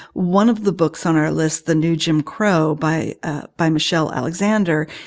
one of the books on our list, the new jim crow by ah by michelle alexander,